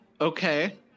Okay